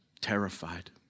terrified